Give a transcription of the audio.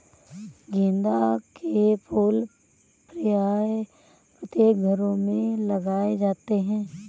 गेंदा के फूल प्रायः प्रत्येक घरों में लगाए जाते हैं